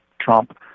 Trump